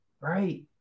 right